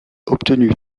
obtenues